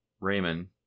Raymond